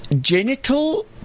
genital